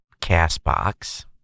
Castbox